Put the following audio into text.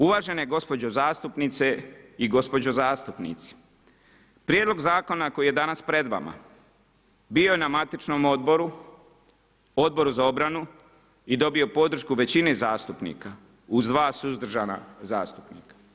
Uvažene gospođe zastupnice i gospodo zastupnici prijedlog zakona koji je danas pred vama bio je na matičnom odboru, Odboru za obranu i dobio podršku većine zastupnika uz dva suzdržana zastupnika.